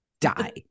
die